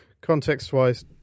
context-wise